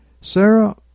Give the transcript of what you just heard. Sarah